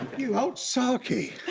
you old sarky!